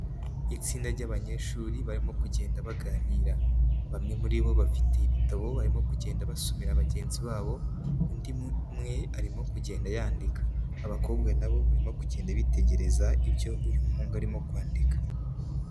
Itsinda ry'abanyeshuri barimo kugenda baganira, bamwe muribo bafite ibitabo barimo kugenda basomera bagenzi babo, undi umwe arimo kugenda yandika, abakobwa nabo barimo kugenda bitegereza ibyo uyu muhungu arimo kwandika.